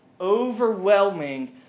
Overwhelming